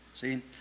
See